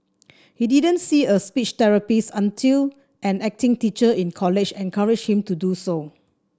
he didn't see a speech therapist until an acting teacher in college encouraged him to do so